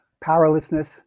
powerlessness